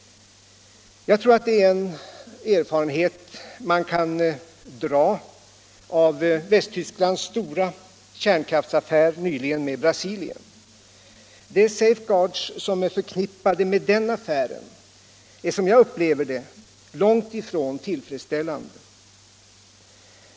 Jag tror det är en erfarenhet man kan dra av Västtysklands stora kärnkraftsaffär nyligen med Brasilien. De ”safe-guards” som är förknippade med den affären är enligt min mening långt ifrån tillfredsställande.